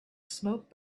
smoke